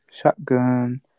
shotgun